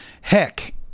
heck